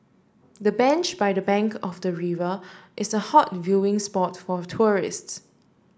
the bench by the bank of the river is a hot viewing spot for tourists